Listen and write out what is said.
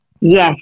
Yes